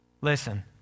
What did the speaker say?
Listen